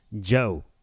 Joe